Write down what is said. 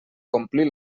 complir